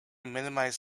minimize